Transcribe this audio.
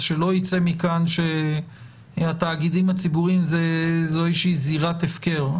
אז שלא יצא מכאן שהתאגידים הציבוריים זו איזושהי זירת הפקר.